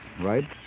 right